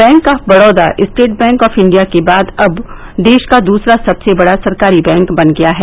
bank of Baroda State Bank of India के बाद अब देश का दूसरा सबसे बड़ा सरकारी बैंक बन गया है